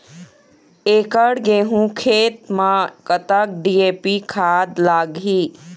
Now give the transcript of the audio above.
एकड़ गेहूं खेत म कतक डी.ए.पी खाद लाग ही?